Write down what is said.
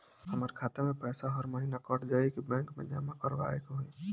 हमार खाता से पैसा हर महीना कट जायी की बैंक मे जमा करवाए के होई?